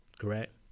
Correct